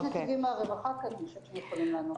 יש נציגים מהרווחה כאן ואני חושבת שהם יכולים לענות על זה.